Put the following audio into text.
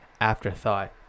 afterthought